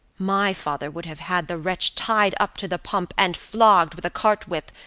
my father would have had the wretch tied up to the pump, and flogged with a cart whip,